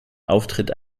auftritt